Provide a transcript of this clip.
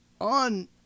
on